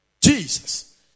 Jesus